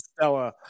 Stella